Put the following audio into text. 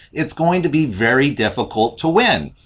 it's going to be very difficult to win.